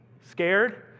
Scared